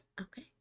okay